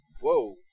Whoa